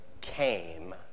came